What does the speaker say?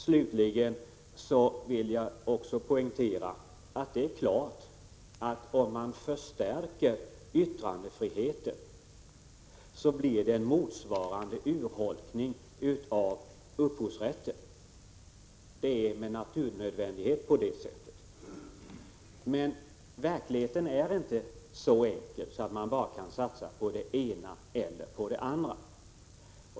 Slutligen vill jag också poängtera att man om man förstärker yttrandefriheten får en motsvarande urholkning av upphovsrätten. Det är med naturnödvändighet på det sättet. Men verkligheten är inte så enkel att man bara kan satsa på det ena eller på det andra.